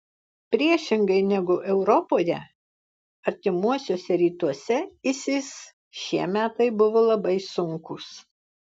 priešingai negu europoje artimuosiuose rytuose isis šie metai buvo labai sunkūs